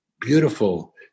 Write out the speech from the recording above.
beautiful